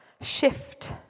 shift